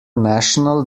national